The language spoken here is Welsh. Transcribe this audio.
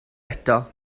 eto